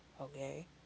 okay